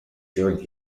during